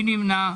מי נמנע?